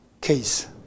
case